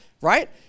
right